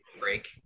break